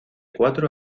cuatro